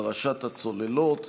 פרשת הצוללות.